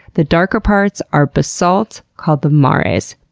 the darker parts are basalt called the mares.